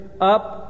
up